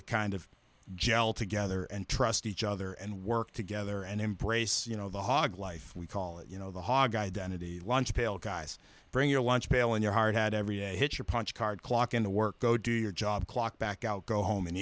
to kind of gel together and trust each other and work together and embrace you know the hog life we call it you know the hog identity lunch pail guys bring your lunch pail in your heart had every day hit your punch card clock in the work go do your job clock back out go home and